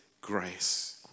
grace